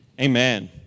amen